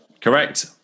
correct